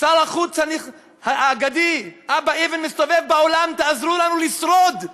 שר החוץ האגדי אבא אבן מסתובב בעולם: תעזרו לנו לשרוד.